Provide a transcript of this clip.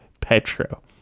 Petro